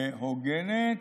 הוגנת,